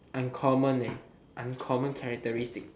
uncommon eh uncommon characteristics